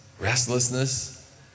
restlessness